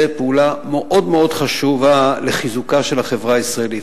פעולה מאוד חשובה לחיזוקה של החברה הישראלית.